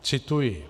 Cituji.